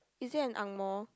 is it an Ang-Moh